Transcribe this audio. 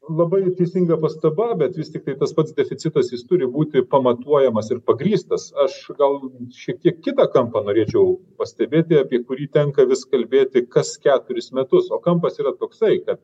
labai teisinga pastaba bet vis tiktai tas pats deficitas jis turi būti pamatuojamas ir pagrįstas aš gal šiek tiek kitą kampą norėčiau pastebėti apie kurį tenka vis kalbėti kas keturis metus o kampas yra toksai kad